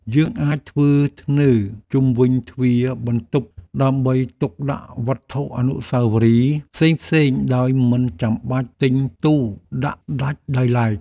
យើងអាចធ្វើធ្នើរជុំវិញទ្វារបន្ទប់ដើម្បីទុកដាក់វត្ថុអនុស្សាវរីយ៍ផ្សេងៗដោយមិនចាំបាច់ទិញទូដាក់ដាច់ដោយឡែក។